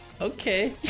okay